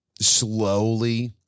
slowly